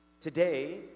Today